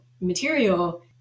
material